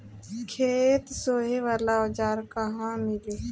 खेत सोहे वाला औज़ार कहवा मिली?